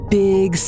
big